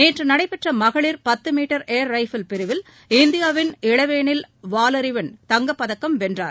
நேற்று நடைபெற்ற மகளிர் பத்து மீட்டர் ஏர் ரைபிள் பிரிவில் இந்தியாவின் இளவேனில் வாலறிவன் தங்கப்பதக்கம் வென்றார்